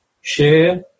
share